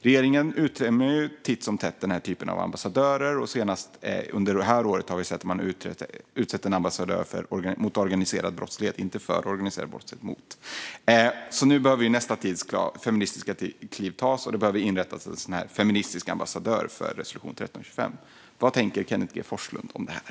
Regeringen utnämner ju titt som tätt den här typen av ambassadörer; senast under detta år har vi sett hur man har utsett en ambassadör mot - inte för - organiserad brottslighet. Nu behöver nästa feministiska kliv tas, och det behöver inrättas en feministisk ambassadör för resolution 1325. Vad tänker Kenneth G Forslund om det här?